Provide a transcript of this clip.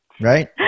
right